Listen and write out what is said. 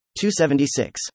276